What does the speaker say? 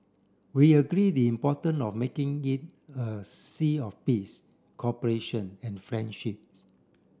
we agree the importance of making it a sea of peace cooperation and friendships